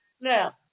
Now